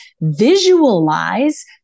visualize